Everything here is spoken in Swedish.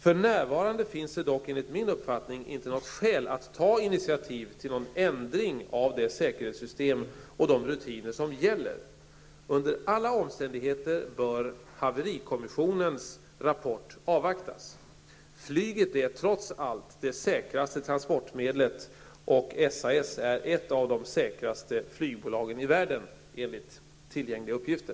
För närvarande finns det dock enligt min uppfattning inte något skäl att ta initiativ till någon ändring av det säkerhetssystem och de rutiner som gäller. Under alla omständigheter bör haverikommissionens rapport avvaktas. Flyget är trots allt det säkraste transportmedlet, och SAS är ett av de säkraste flygbolagen i världen, enligt tillgängliga uppgifter.